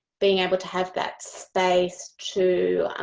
being able to have that space to